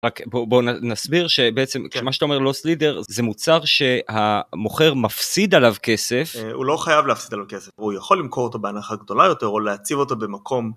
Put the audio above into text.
רק בוא בוא נסביר שבעצם מה שאתה אומר לא סלידר זה מוצר שהמוכר מפסיד עליו כסף, הוא לא חייב להפסיד לו כסף הוא יכול למכור אותו בהנחה גדולה יותר או להציב אותו במקום